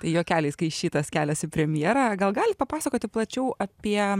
juokeliais kai šitas keliasi premjerą gal galit papasakoti plačiau apie